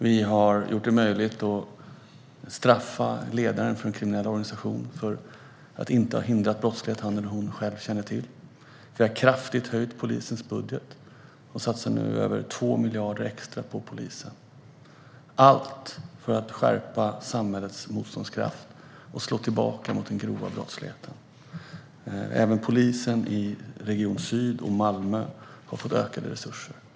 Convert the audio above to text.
Vi har gjort det möjligt att straffa ledaren för en kriminell organisation för att inte ha hindrat brottslighet som han eller hon känner till. Vi har kraftigt höjt polisens budget och satsar nu över 2 miljarder extra på polisen. Allt detta görs för att skärpa samhällets motståndskraft och slå tillbaka mot den grova brottsligheten. Även polisen i Region Syd och i Malmö har fått ökade resurser.